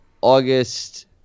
August